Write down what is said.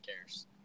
cares